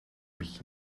mich